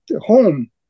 home